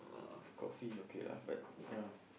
coffee is okay lah but ya